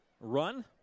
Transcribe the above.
run